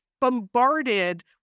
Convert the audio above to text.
bombarded